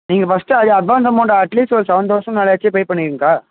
நீங்கள் ஃபர்ஸ்ட்டு ஐ advance amount at least ஒரு செவன் தௌசண்ட் அதாச்சு பே பண்ணிவிடுங்கக்கா